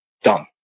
done